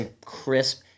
crisp